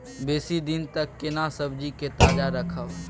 बेसी दिन तक केना सब्जी के ताजा रखब?